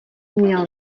měl